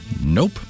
nope